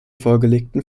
vorgelegten